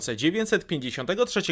1953